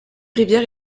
rivières